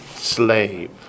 slave